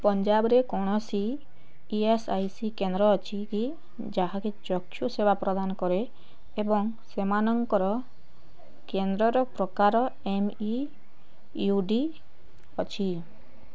ପଞ୍ଜାବରେ କୌଣସି E S I C କେନ୍ଦ୍ର ଅଛି କି ଯାହାକି ଚକ୍ଷୁ ସେବା ପ୍ରଦାନ କରେ ଏବଂ ସେମାନଙ୍କର କେନ୍ଦ୍ରର ପ୍ରକାର ଏମ୍ ଇ ୟୁ ଡ଼ି ଅଛି